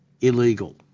illegal